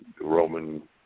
Roman